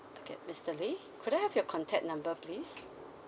okay mister lee could I have your contact number please